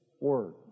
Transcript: word